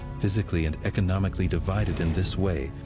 physically and economically divided in this way,